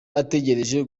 ategereje